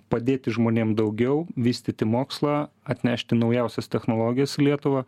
padėti žmonėm daugiau vystyti mokslą atnešti naujausias technologijas į lietuvą